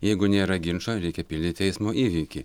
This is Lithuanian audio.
jeigu nėra ginčo reikia pildyti eismo įvykį